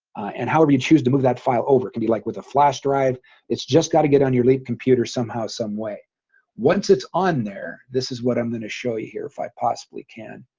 and however, you choose to move that file over can be like with a flash drive it's just got to get on your leap computer somehow some way once it's on there. this is what i'm going to show you here if i possibly can